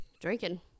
Drinking